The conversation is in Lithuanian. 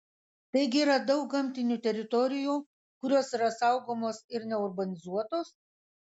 taigi yra daug gamtinių teritorijų kurios yra saugomos ir neurbanizuotos